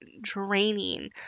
draining